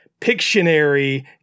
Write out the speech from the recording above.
Pictionary